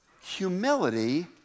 humility